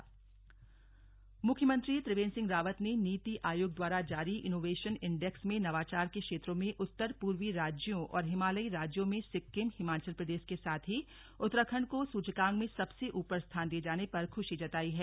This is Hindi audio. नीति आयोग सीएम मुख्यमंत्री त्रिवेन्द्र सिंह रावत ने नीति आयोग द्वारा जारी इनोवेशन इंडेक्स में नवाचार के क्षेत्रों में उत्तर पूर्वी राज्यों और हिमालयी राज्यों में सिक्किम हिमाचल प्रदेश के साथ ही उत्तराखण्ड को सूचकांक में सबसे ऊपर स्थान दिये जाने पर खुशी जताई है